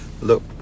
look